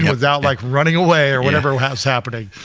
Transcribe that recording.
without like running away or whatever was happening.